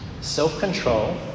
Self-control